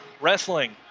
Wrestling